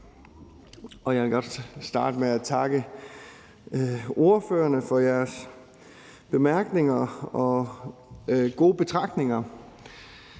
Jeg vil godt starte med at takke ordførerne for deres bemærkninger og gode betragtninger.